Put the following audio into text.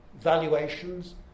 valuations